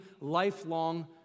lifelong